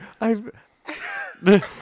I've-